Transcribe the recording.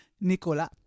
Nicolas